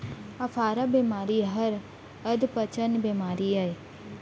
अफारा बेमारी हर अधपचन बेमारी अय